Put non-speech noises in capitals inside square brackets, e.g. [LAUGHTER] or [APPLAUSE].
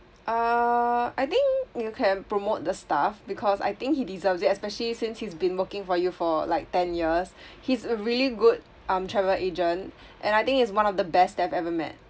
err I think you can promote the staff because I think he deserves it especially since he's been working for you for like ten years [BREATH] he's a really good um travel agent and I think is one of the best that I've ever met